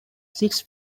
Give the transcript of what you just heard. six